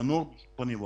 התנור בשום פנים ואופן.